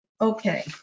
Okay